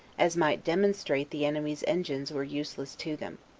as might demonstrate the enemy's engines were useless to them.